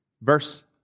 verse